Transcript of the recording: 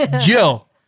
Jill